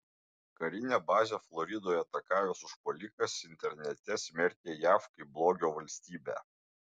karinę bazę floridoje atakavęs užpuolikas internete smerkė jav kaip blogio valstybę